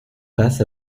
passe